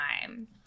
time